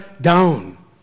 down